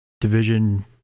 division